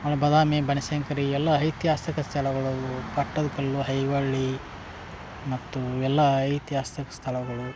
ಅಲ್ಲಿ ಬಾದಾಮಿ ಬನಶಂಕರಿ ಎಲ್ಲ ಐತಿಹಾಸಿಕ ಸ್ಥಳಗಳು ಅವು ಪಟ್ಟದಕಲ್ಲು ಹೈವಳ್ಳಿ ಮತ್ತು ಎಲ್ಲ ಐತಿಹಾಸಿಕ ಸ್ಥಳಗಳು